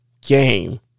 game